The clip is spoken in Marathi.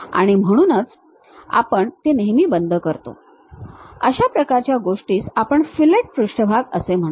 आणि म्हणूनच आपण ते नेहमी बंद करतो अशा प्रकारच्या गोष्टीस आपण फिलेट पृष्ठभाग असे म्हणतो